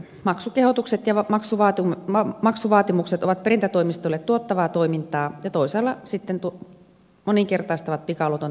maksukehotukset ja maksuvaatimukset ovat perintätoimistoille tuottavaa toimintaa ja toisaalla sitten moninkertaistavat pikaluoton todellisen määrän